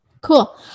Cool